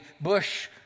bush